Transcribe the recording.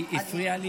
היא הפריעה לי.